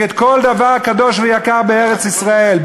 נגד כל דבר קדוש ויקר בארץ-ישראל,